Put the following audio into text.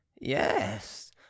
yes